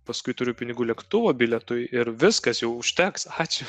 paskui turiu pinigų lėktuvo bilietui ir viskas jau užteks ačiū